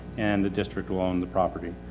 and the district will own the property.